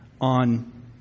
on